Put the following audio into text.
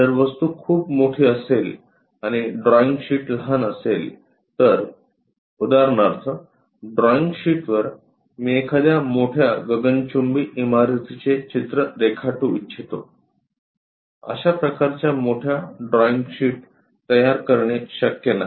जर वस्तू खूप मोठी असेल आणि ड्रॉईंग शीट लहान असेल तर उदाहरणार्थ ड्रॉईंग शीटवर मी एखाद्या मोठ्या गगनचुंबी इमारतीचे चित्र रेखाटू इच्छितो अशा प्रकारच्या मोठ्या ड्रॉईंग शीट तयार करणे शक्य नाही